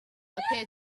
appeared